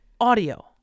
audio